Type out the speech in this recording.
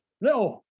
No